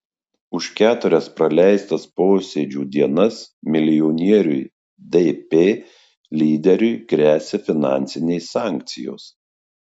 už keturias praleistas posėdžių dienas milijonieriui dp lyderiui gresia finansinės sankcijos